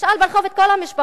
תשאל ברחוב את כל המשפחות.